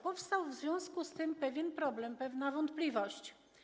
Powstał w związku z tym pewien problem, pewna wątpliwość.